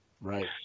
Right